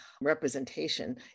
representation